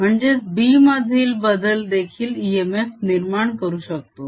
म्हणजेच B मधील बदल देखील इएमएफ निर्माण करू शकतो